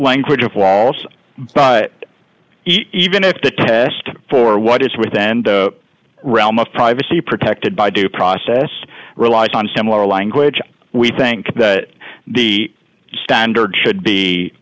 language of waltz but even if the test for what is within the realm of privacy protected by due process relies on similar language we think that the standard should